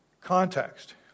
Context